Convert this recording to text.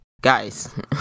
guys